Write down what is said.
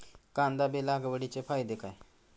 कांदा बी लागवडीचे फायदे काय?